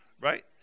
right